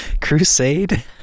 crusade